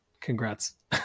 congrats